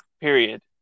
period